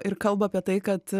ir kalba apie tai kad